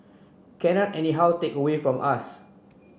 cannot anyhow take away from us